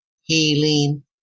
healing